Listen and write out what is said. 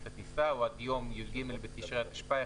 הטיסה או עד יום י"ג בתשרי התשפ"א,